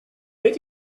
think